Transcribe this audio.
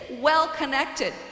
well-connected